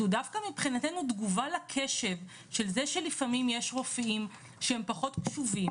שהוא דווקא מבחינתנו תגובה לקשב של זה שלפעמים יש רופאים שהם פחות קשובים